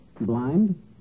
Blind